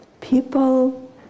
people